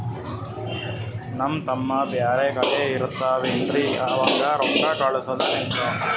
ನಮ್ ತಮ್ಮ ಬ್ಯಾರೆ ಕಡೆ ಇರತಾವೇನ್ರಿ ಅವಂಗ ರೋಕ್ಕ ಕಳಸದ ಹೆಂಗ?